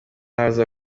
aza